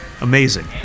Amazing